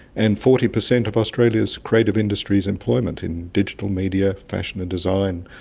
and forty percent of australia's creative industries employment in digital media, fashion and design,